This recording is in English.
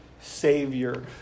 Savior